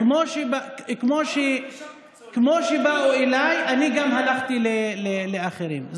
כמו שבאו אליי, גם אני הלכתי לאחרים.